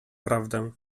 prawdę